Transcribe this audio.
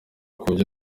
kubyo